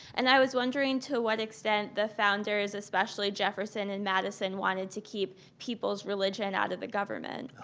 and i was wondering to what extent the founders, especially jefferson and madison, wanted to keep people's religion out of the government.